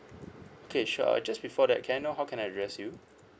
okay sure uh just before that can I know how can I address you